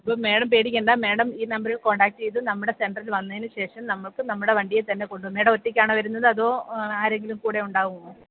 ഇപ്പം മേഡം പേടിക്കണ്ട മേഡം ഈ നമ്പരിൽ കോണ്ടാക്റ്റെ ചെയ്ത് നമ്മുടെ സെൻറ്ററിൽ വന്നതിന് ശേഷം നമുക്ക് നമ്മുടെ വണ്ടിയേൽ തന്നെ കൊണ്ടുപോകാം മേഡം ഒറ്റക്കാണോ വരുന്നത് അതോ ആരെങ്കിലും കൂടെ ഉണ്ടാകുമോ